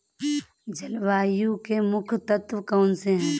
जलवायु के मुख्य तत्व कौनसे हैं?